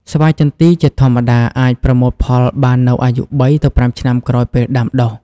ស្វាយចន្ទីជាធម្មតាអាចប្រមូលផលបាននៅអាយុ ៣ ទៅ ៥ ឆ្នាំ ក្រោយពេលដាំដុះ។